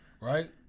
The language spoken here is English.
Right